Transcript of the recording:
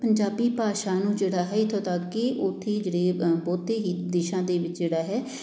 ਪੰਜਾਬੀ ਭਾਸ਼ਾ ਨੂੰ ਜਿਹੜਾ ਹੈ ਇੱਥੋਂ ਤੱਕ ਕਿ ਉੱਥੇ ਜਿਹੜੇ ਬਹੁਤੇ ਹੀ ਦੇਸ਼ਾਂ ਦੇ ਵਿੱਚ ਜਿਹੜਾ ਹੈ